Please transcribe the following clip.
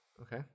Okay